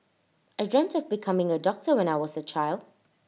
I dreamt of becoming A doctor when I was A child